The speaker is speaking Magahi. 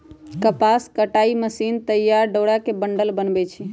कपास कताई मशीन तइयार डोरा के बंडल बनबै छइ